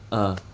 (uh huh)